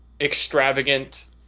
extravagant